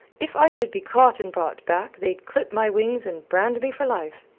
if i should be caught and brought back, they'd clip my wings and brand me for life.